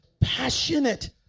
passionate